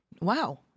Wow